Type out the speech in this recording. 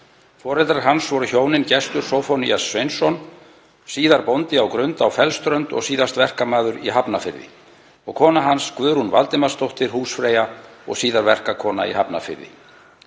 Foreldrar hans voru hjónin Gestur Zóphónías Sveinsson, síðar bóndi á Grund á Fellsströnd og síðast verkamaður í Hafnarfirði, og kona hans Guðrún Valdimarsdóttir, húsfreyja og síðar verkakona í Hafnarfirði.